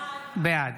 בעד